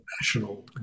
national